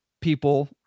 people